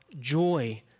joy